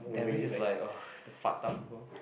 Tampines is like the fucked up people